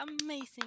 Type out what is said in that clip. Amazing